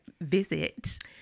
visit